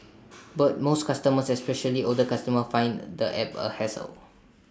but most customers especially older customer find the app A hassle